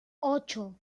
ocho